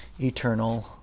eternal